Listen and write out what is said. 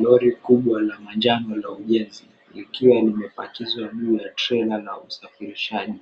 Lori kubwa la manjano la ujenzi, likiwa limepakizwa juu ya trela la usafirishaji,